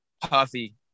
Puffy